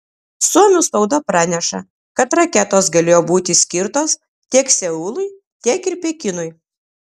suomių spauda praneša kad raketos galėjo būti skirtos tiek seului tiek ir pekinui